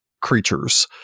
creatures